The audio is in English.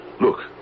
Look